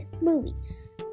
movies